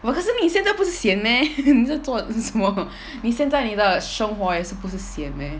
but 可是你现在不 sian meh 你在做 什么你现在你的生活也不是 sian meh